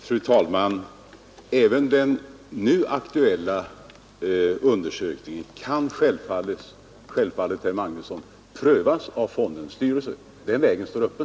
Fru talman! Även den nu aktuella undersökningen kan självfallet, herr Magnusson, prövas av fondens styrelse. Den vägen står öppen.